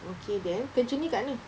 okay then kerja ini kat mana